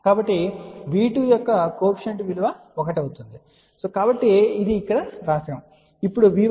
కాబట్టి V2 యొక్క coefficient విలువ 1 అవుతుంది కాబట్టి ఇది ఇక్కడ వ్రాయబడుతుంది